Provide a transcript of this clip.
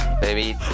Baby